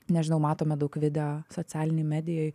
nežinau matome daug video socialinėj medijoj